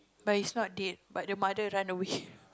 but it's not dead but the Mother run away